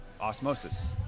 osmosis